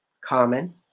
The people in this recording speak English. common